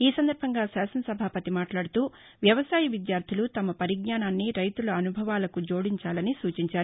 ఈ సందర్భంగా శాసన సభాపతి మాట్లాదుతూవ్యవసాయ విద్యార్ణులు తమ పరిజ్ఞానాన్ని రైతుల అనుభవాలకు జోడించాలని సూచించారు